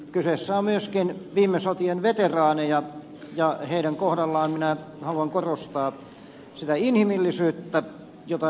kyse on myöskin viime sotien veteraaneista ja heidän kohdallaan minä haluan korostaa sitä inhimillisyyttä jota ed